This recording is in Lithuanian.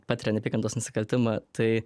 patiria neapykantos nusikaltimą tai